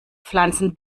pflanzen